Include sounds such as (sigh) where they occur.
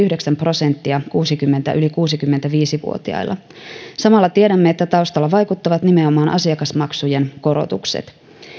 (unintelligible) yhdeksän prosenttia yli kuusikymmentäviisi vuotiailla samalla tiedämme että taustalla vaikuttavat nimenomaan asiakasmaksujen korotukset